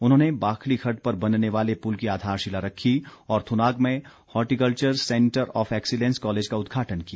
उन्होंने बाखली खड्ड पर बनने वाली पुल की आधारशिला रखी और थुनाग में horticulture centre of excellence college का उद्घाटन किया